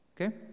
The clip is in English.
Okay